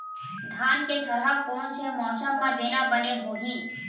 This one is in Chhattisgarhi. धान के थरहा कोन से मौसम म देना बने होही?